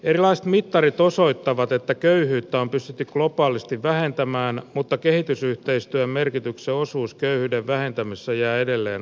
erilaiset mittarit osoittavat että köyhyyttä on pystytty globaalisti vähentämään mutta kehitysyhteistyön merkityksen osuus köyhyyden vähentämisessä jää edelleen avoimeksi